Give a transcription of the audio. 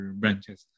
branches